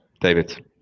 David